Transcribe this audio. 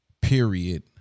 Period